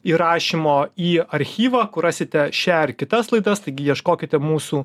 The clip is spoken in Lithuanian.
įrašymo į archyvą kur rasite šią ar kitas laidas taigi ieškokite mūsų